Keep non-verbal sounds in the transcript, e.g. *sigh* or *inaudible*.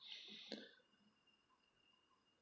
*breath*